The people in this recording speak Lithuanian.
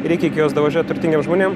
reikia iki jos davažiuot turtingiem žmonėm